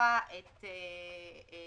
שדוחה את המועד